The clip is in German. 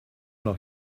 noch